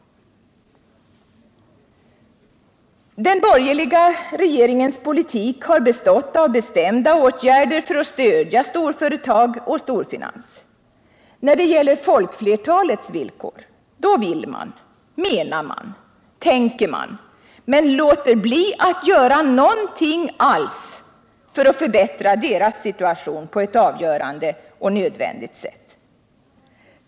Den borgerliga regeringens politik har bestått av bestämda åtgärder för att stödja storföretag och storfinans. När det gäller folkflertalets villkor, då vill man, menar man, tänker man, men låter bli att göra någonting alls för att förbättra dess situation på ett avgörande och nödvändigt sätt.